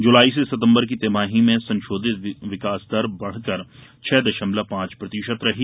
जुलाई से सितंबर की तिमाही में संशोधित विकास दर बढ़कर छह दशमलव पांच प्रतिशत रही